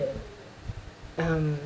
um